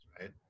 right